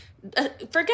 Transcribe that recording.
forget